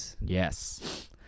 Yes